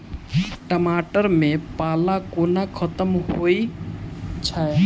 टमाटर मे पाला कोना खत्म होइ छै?